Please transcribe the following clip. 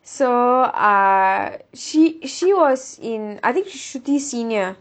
so uh she she was in I think shruthi's senior